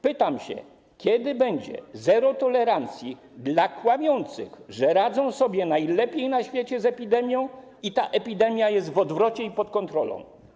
Pytam się: Kiedy będzie zero tolerancji dla kłamiących, że radzą sobie najlepiej na świecie z epidemią i ta epidemia jest w odwrocie i pod kontrolą?